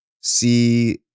see